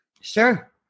Sure